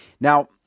now